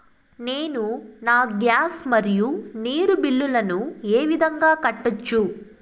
నేను నా గ్యాస్, మరియు నీరు బిల్లులను ఏ విధంగా కట్టొచ్చు?